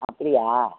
அப்படியா